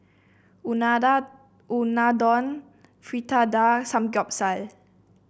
Unadon Fritada Samgyeopsal